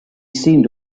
seemed